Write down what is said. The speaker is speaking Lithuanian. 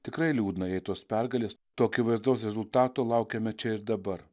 tikrai liūdna jei tos pergalės to akivaizdaus rezultato laukiame čia ir dabar